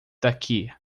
daqui